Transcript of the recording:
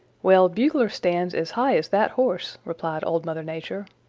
well, bugler stands as high as that horse, replied old mother nature.